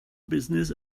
business